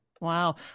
wow